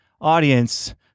audience